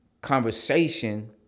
conversation